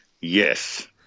Yes